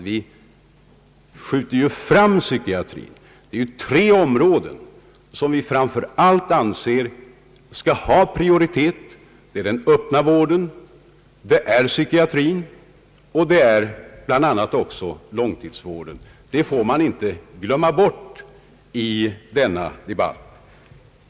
Vi för ju fram psykiatrin. Det är tre områden som vi framför allt anser skall ha prioritet: den öppna vården, psykiatrin och långtidsvården. Detta faktum får man inte glömma bort i denna debatt.